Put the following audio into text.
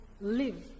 live